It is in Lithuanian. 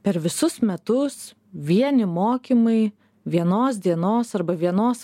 per visus metus vieni mokymai vienos dienos arba vienos